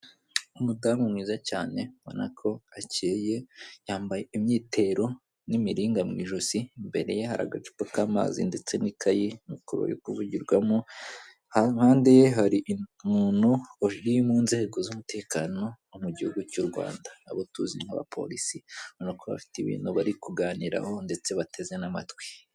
Umudamu mwiza cyane mbonanako akeye yambaye imyitero n'imiringa mu ijosi imbere ye hari agacupa k'amazi ndetse n'ikayi kuvugirwamo, ipande ye hari umuntu uri mu nzego z'umutekano mu gihugu cy'u Rwanda abo tuzi nk'abaporisi ubona ko bafite ibintu bari kuganiraho ndetse bateze n'amatwi.